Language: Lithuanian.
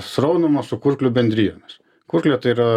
sraunumos su kurklių bendrijomis kurklė tai yra